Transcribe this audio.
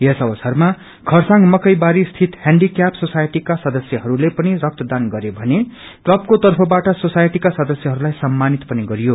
यस अवसरमा खरसाङ मकैबारी स्थित हेन्डीब्याप सोसाइटीका सदस्यहरूले पनि रक्तदान गरे भने क्लबको तर्फबाट सोसाइटीका सदस्यहरूलाई सम्मानित पनि गरियो